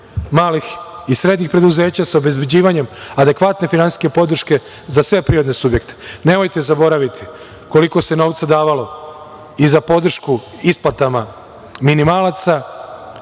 malih i srednjih preduzeća sa obezbeđivanjem adekvatne finansijske podrške za sve privredne subjekte. Nemojte zaboraviti koliko se novca davalo i za podršku isplatama minimalaca